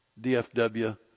dfw